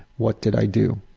what did i do?